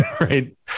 Right